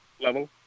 level